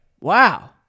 Wow